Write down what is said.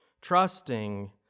trusting